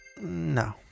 no